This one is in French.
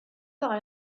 par